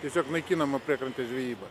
tiesiog naikinama priekrantės žvejyba